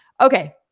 okay